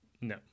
No